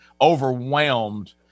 overwhelmed